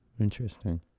Interesting